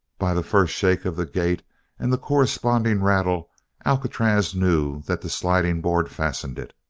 by the first shake of the gate and the corresponding rattle alcatraz knew that the sliding board fastened it.